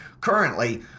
currently